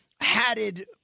hatted